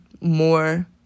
more